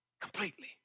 completely